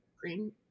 green